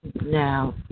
now